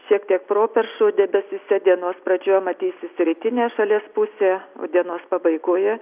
šiek tiek properšų debesyse dienos pradžioje matysis rytinė šalies pusė o dienos pabaigoje